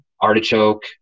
artichoke